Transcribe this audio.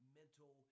mental